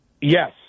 Yes